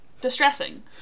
distressing